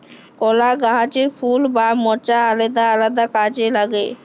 কলা গাহাচের ফুল বা মচা আলেদা আলেদা কাজে লাগে